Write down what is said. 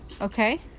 Okay